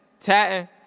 Tatting